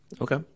Okay